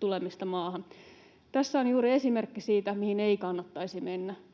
tulemista maahan. Tässä on juuri esimerkki siitä, mihin ei kannattaisi mennä.